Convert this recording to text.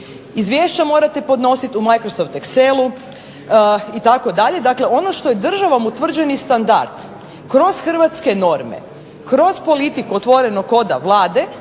Izvješće morate podnositi u Excelu itd. ono što je državom utvrđeni standard kroz hrvatske norme, kroz politiku otvorenog koda Vlade,